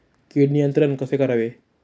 कीड नियंत्रण कसे करावे?